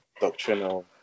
doctrinal